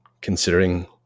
considering